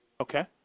Okay